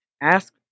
Ask